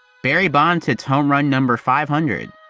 barry bonds hit home run number five hundred.